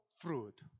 fruit